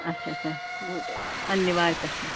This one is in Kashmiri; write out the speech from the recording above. اَچھا اَچھا گوٚو پَننہِ وارِ پٮ۪ٹھ